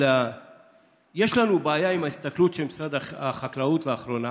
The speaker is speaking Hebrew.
אלא יש לנו בעיה עם ההסתכלות של משרד החקלאות לאחרונה,